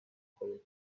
بخوره